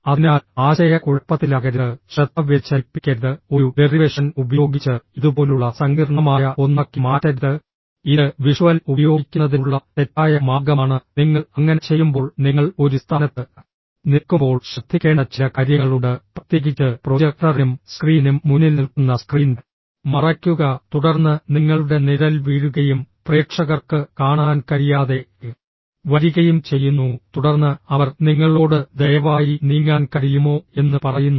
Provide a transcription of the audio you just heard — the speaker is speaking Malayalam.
അതിനാൽ ആശയക്കുഴപ്പത്തിലാകരുത് ശ്രദ്ധ വ്യതിചലിപ്പിക്കരുത് ഒരു ഡെറിവേഷൻ ഉപയോഗിച്ച് ഇതുപോലുള്ള സങ്കീർണ്ണമായ ഒന്നാക്കി മാറ്റരുത് ഇത് വിഷ്വൽ ഉപയോഗിക്കുന്നതിനുള്ള തെറ്റായ മാർഗമാണ് നിങ്ങൾ അങ്ങനെ ചെയ്യുമ്പോൾ നിങ്ങൾ ഒരു സ്ഥാനത്ത് നിൽക്കുമ്പോൾ ശ്രദ്ധിക്കേണ്ട ചില കാര്യങ്ങളുണ്ട് പ്രത്യേകിച്ച് പ്രൊജക്ടറിനും സ്ക്രീനിനും മുന്നിൽ നിൽക്കുന്ന സ്ക്രീൻ മറയ്ക്കുക തുടർന്ന് നിങ്ങളുടെ നിഴൽ വീഴുകയും പ്രേക്ഷകർക്ക് കാണാൻ കഴിയാതെ വരികയും ചെയ്യുന്നു തുടർന്ന് അവർ നിങ്ങളോട് ദയവായി നീങ്ങാൻ കഴിയുമോ എന്ന് പറയുന്നു